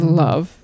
love